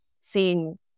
seeing